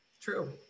true